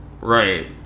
Right